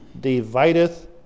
divideth